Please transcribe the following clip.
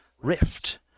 Rift